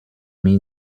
mir